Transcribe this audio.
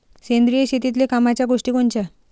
सेंद्रिय शेतीतले कामाच्या गोष्टी कोनच्या?